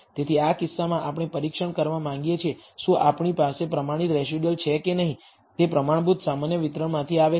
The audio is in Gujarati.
તેથી આ કિસ્સામાં આપણે પરીક્ષણ કરવા માંગીએ છીએ શું આપણી પાસે પ્રમાણિત રેસિડયુઅલ છે કે નહીં તે પ્રમાણભૂત સામાન્ય વિતરણમાંથી આવે છે